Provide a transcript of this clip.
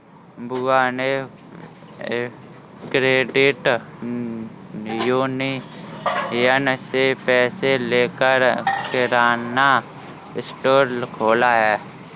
बुआ ने credit union से पैसे लेकर किराना स्टोर खोला है